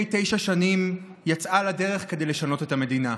תשע שנים יצאה לדרך כדי לשנות את המדינה,